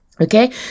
Okay